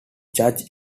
judge